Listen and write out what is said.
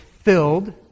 filled